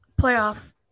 playoff